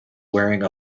wearing